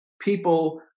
people